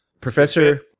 Professor